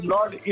Lord